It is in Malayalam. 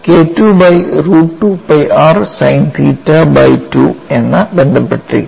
K II by root 2 pi r sine theta by 2 എന്ന് ബന്ധപ്പെട്ടിരിക്കുന്നു